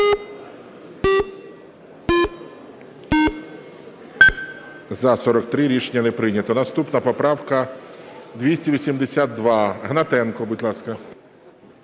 За-41 Рішення не прийнято. Наступна поправка 392. Гнатенко, будь ласка.